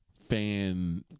fan